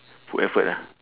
put effort ah